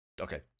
Okay